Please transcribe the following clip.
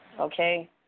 Okay